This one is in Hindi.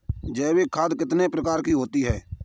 जैविक खाद कितने प्रकार की होती हैं?